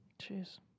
Cheers